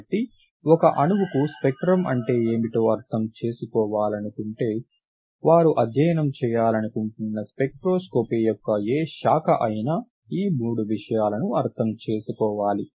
కాబట్టి ఒక అణువుకు స్పెక్ట్రమ్ అంటే ఏమిటో అర్థం చేసుకోవాలనుకుంటే వారు అధ్యయనం చేయాలనుకుంటున్న స్పెక్ట్రోస్కోపీ యొక్క ఏ శాఖ అయినా ఈ మూడు విషయాలను అర్థం చేసుకోవాలి